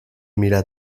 mirar